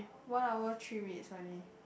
one hour three rates only